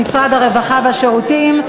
משרד הרווחה והשירותים,